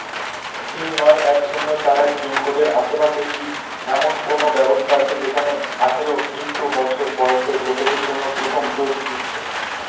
তিন নয় এক শূন্য চার এক পিনকোডের আশেপাশে কি এমন কোনও ব্যবস্থা আছে যেখানে আঠেরো যুক্ত বছর বয়সের লোকেদের জন্য প্রথম ডোজ দিচ্ছে